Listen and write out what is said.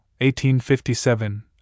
1857